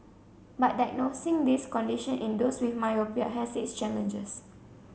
but diagnosing this condition in those with myopia has its challenges